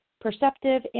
perceptive